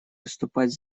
выступать